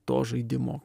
to žaidimo